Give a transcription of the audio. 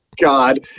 God